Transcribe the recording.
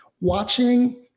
watching